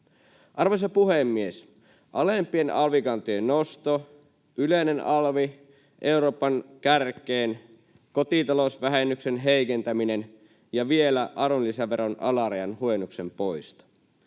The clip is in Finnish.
Arvoisa puhemies! Alempien alvikantojen nosto, yleinen alvi Euroopan kärkeen, kotitalousvähennyksen heikentäminen ja vielä arvonlisäveron alarajan huojennuksen poisto.